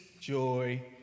joy